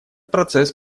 процесс